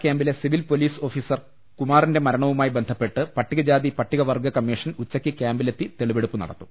കൃാമ്പിലെ civil police officer കുമാറിന്റെ മരണവുമായി ബന്ധപ്പെട്ട് പട്ടികജാതി പട്ടിക് വർഗ്ഗ കമ്മീഷൻ ഉച്ചക്ക് ക്യാമ്പിലെത്തി തെളിവെടുപ്പ് നടത്തും